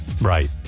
Right